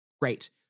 great